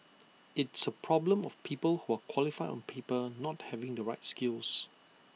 it's A problem of people who are qualified on paper not having the right skills